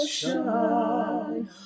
shine